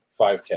5K